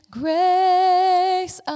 grace